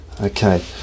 Okay